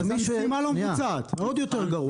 המשימה לא מבוצעת, אז זה עוד יותר גרוע.